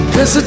Cause